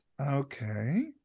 Okay